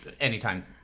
Anytime